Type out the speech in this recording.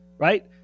Right